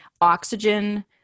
oxygen